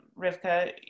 Rivka